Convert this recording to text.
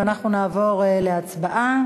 ואנחנו נעבור להצבעה